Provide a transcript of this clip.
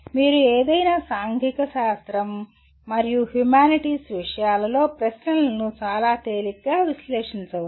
మీరు ఏదైనా సాంఘిక శాస్త్రం మరియు హ్యుమానిటీస్ విషయాలలో ప్రశ్నలను చాలా తేలికగా విశ్లేషించవచ్చు